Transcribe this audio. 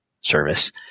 service